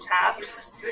taps